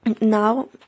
now